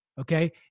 okay